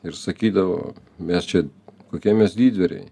ir sakydavo mes čia kokie mes didvyriai